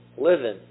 living